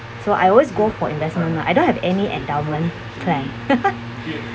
so I always go for investment lah I don't have any endowment plan